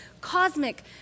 cosmic